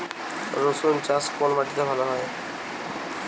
রুসুন চাষ কোন মাটিতে ভালো হয়?